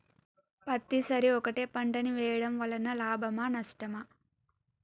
పత్తి సరి ఒకటే పంట ని వేయడం వలన లాభమా నష్టమా?